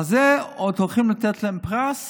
ועל זה עוד הולכים לתת להם פרס